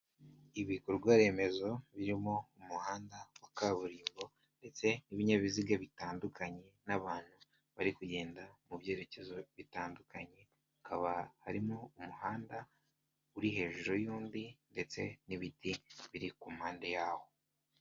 Ibikorwaremezo birimo umuhanda wa kaburimbo ndetse n'ibinyabiziga bitandukanye, n'abantu bari kugenda mu byerekezo bitandukanye hakaba harimo umuhanda uri hejuru y'ndi ndetse n'ibiti biri ku mpande yawo.